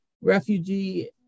refugee